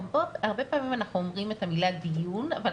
הרבה פעמים אנחנו אומרים את המילה 'דיון' אבל